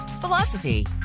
philosophy